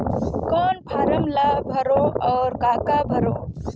कौन फारम ला भरो और काका भरो?